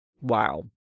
wow